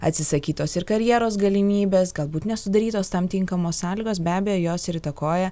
atsisakytos ir karjeros galimybės galbūt nesudarytos tam tinkamos sąlygos be abejo jos ir įtakoja